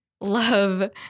love